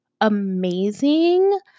Amazing